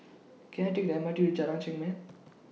Can I Take The M R T to Jalan Chengam